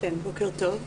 בוקר טוב.